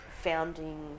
founding